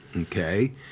Okay